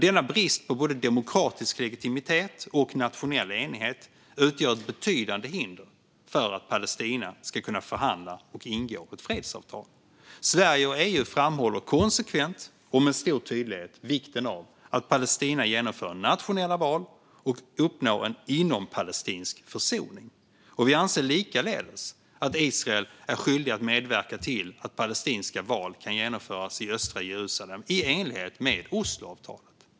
Denna brist på både demokratisk legitimitet och nationell enighet utgör ett betydande hinder för att Palestina ska kunna förhandla om och ingå ett fredsavtal. Sverige och EU framhåller konsekvent och med stor tydlighet vikten av att Palestina genomför nationella val och uppnår en inompalestinsk försoning. Vi anser likaledes att Israel är skyldigt att medverka till att palestinska val kan genomföras i östra Jerusalem i enlighet med Osloavtalet.